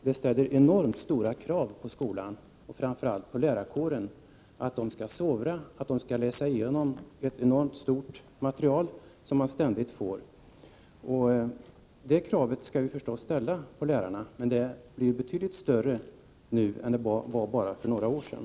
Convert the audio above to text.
Det ställer enormt stora krav på skolan, framför allt på lärarkåren, i form av sovring och genomläsning av ett enormt stort material, som fortlöpande kommer in. Det kravet skall vi naturligtvis ställa på lärarna, men det leder nu till betydligt mera arbete än vad det gjorde bara för några år sedan.